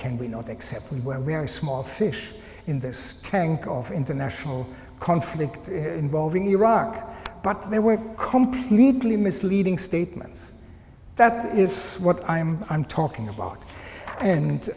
can we not accept when we are a small fish in this tank of international conflict involving iraq but they were completely misleading statements that is what i am i'm talking about and